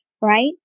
right